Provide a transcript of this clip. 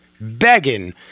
begging